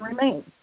remains